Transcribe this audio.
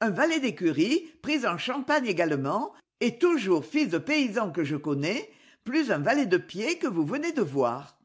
un valet d'écurie pris en champagne également et toujours fils de paysans que je connais plus un valet de pied que vous venez de voir